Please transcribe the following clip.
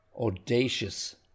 audacious